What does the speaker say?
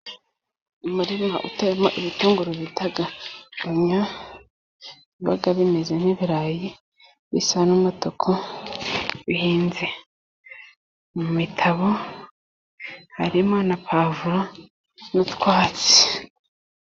Umurima uteyemo, ibitunguru bita onyo, biba bimeze nk'ibirayi, bisa n'umutuku, bihinze mu mitabo, harimo na puwavuro n'utwatsi.